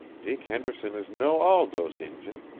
dick henderson is know all dose injun.